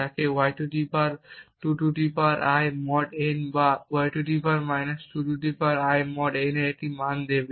তাকে y 2 I mod n বা y 2 I mod n এর একটি মান দেবে